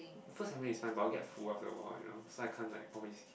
first serving is fine but I'll get full after a while you know so I can't like always